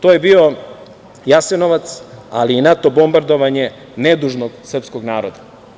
To je bio Jasenovac, ali i NATO bombardovanje nedužnog srpskog naroda.